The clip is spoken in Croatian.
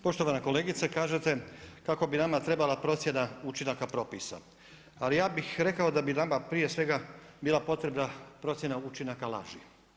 Poštovana kolegice, kažete kako bi nama trebala procjena učinaka propisa, ali ja bih rekao da bi nama prije svega bila potrebna procjena učinaka laži.